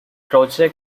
project